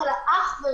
אלה אנשים שמצבם אכן